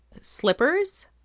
slippers